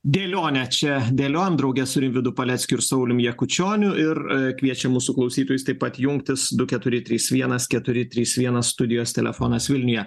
dėlionę čia dėliojam drauge su rimvydu paleckiu ir saulium jakučioniu ir kviečia mūsų klausytojus taip pat jungtis du keturi trys vienas keturi trys vienas studijos telefonas vilniuje